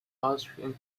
austrian